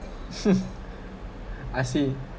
I see